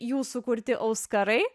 jų sukurti auskarai